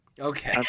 Okay